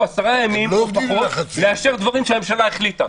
עשרה ימים לאשר דברים שהממשלה החליטה.